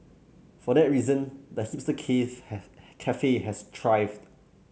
for that reason the hipster have cafe has thrived